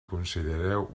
considereu